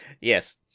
Yes